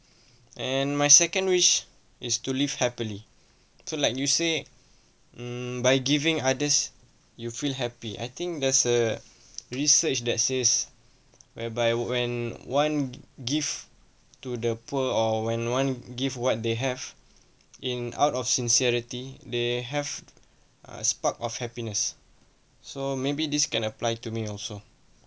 and my second wish is to live happily to like you say um by giving others you feel happy I think there's a research that says whereby when one give to the poor or when one give what they have in out of sincerity they have a spark of happiness so maybe this can apply to me also